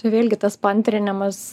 vėlgi tas paantrinimas